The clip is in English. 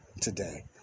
today